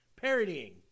Parodying